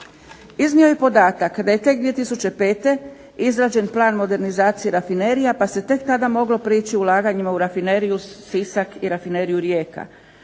Iznio je podatak da je tek 2005. izrađen Plan modernizacije rafinerija pa se tek tada moglo prići ulaganjima u Rafineriju Sisak i Rafineriju Rijeka.